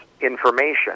information